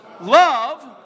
love